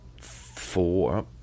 four